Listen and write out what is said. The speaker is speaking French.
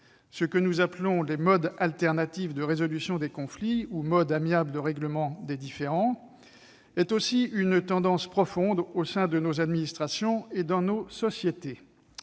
ce que nous appelons les modes alternatifs de résolution des conflits, ou modes amiables de règlement des différends, est aussi une tendance profonde au sein de nos administrations et dans nos sociétés.